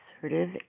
assertive